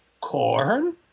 corn